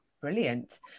brilliant